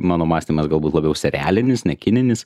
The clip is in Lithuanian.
mano mąstymas galbūt labiau serialinis ne kininis